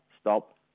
stop